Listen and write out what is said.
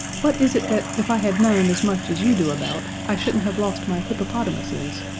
what is it that, if i had known as much as you do about, i shouldn't have lost my hippopotamuses?